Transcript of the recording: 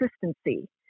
consistency